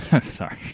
Sorry